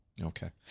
Okay